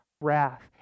wrath